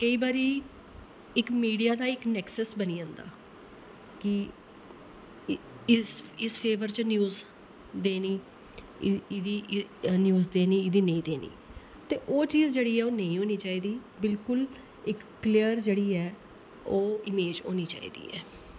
केईं बारी इक मीडिया दा इक नेक्सस बनी जंदा कि इस इस फेवर च न्यूज देनी इदी न्यूज देनी इदी नेईं देनी ते ओह् चीज जेह्ड़ी ऐ ओह् नेईं होनी चाहिदी बिलकुल इक क्लेअर जेह्ड़ी ऐ ओह् इमेज होनी चाहिदी ऐ